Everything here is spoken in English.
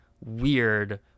weird